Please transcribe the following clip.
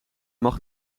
mag